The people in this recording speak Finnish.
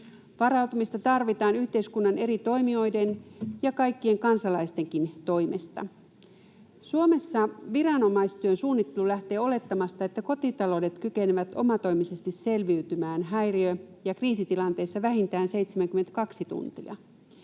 Varautumista tarvitaan yhteiskunnan eri toimijoiden ja kaikkien kansalaistenkin toimesta. Suomessa viranomaistyön suunnittelu lähtee olettamasta, että kotitaloudet kykenevät omatoimisesti selviytymään häiriö- ja kriisitilanteissa vähintään 72 tuntia.